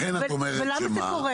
לכן את אומרת למה?